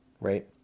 right